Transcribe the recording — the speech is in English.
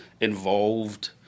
involved